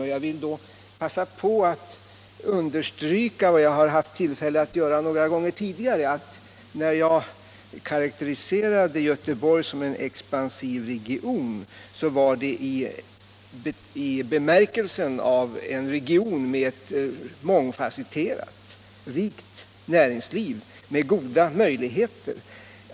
Då vill jag passa på att understryka vad jag har haft tillfälle att säga några gånger tidigare. När jag karakteriserade Göteborg som en expansiv region så var det i bemärkelsen av en region med ett mångfasetterat, rikt näringsliv med goda möjligheter.